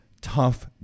tough